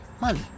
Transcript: money